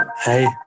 Hey